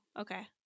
okay